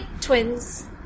twins